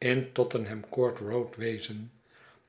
in tottenham court road wezen